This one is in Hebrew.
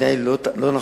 שמתנהל לא נכון,